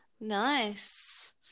Nice